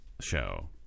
show